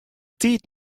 tiid